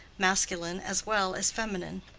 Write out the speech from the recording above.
masculine as well as feminine.